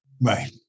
Right